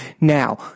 Now